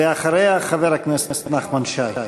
ואחריה, חבר הכנסת נחמן שי.